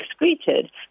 excreted